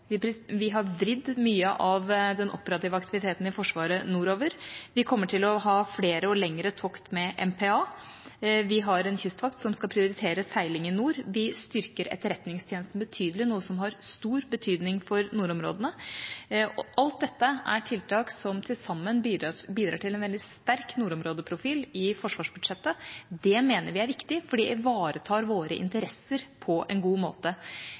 Vi har vridd mye av den operative aktiviteten i Forsvaret nordover. Vi kommer til å ha flere og lengre tokt med MPA. Vi har en kystvakt som skal prioritere seiling i nord. Vi styrker etterretningstjenesten betydelig, noe som har stor betydning for nordområdene. Alt dette er tiltak som til sammen bidrar til en veldig sterk nordområdeprofil i forsvarsbudsjettet. Det mener vi er viktig, for det ivaretar våre interesser på en god måte.